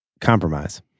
compromise